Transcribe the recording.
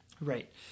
Right